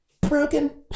broken